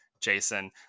Jason